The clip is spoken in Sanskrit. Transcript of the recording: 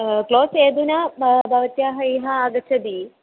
क्लोस् अधुना भव भवत्याः यः आगच्छति